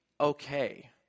okay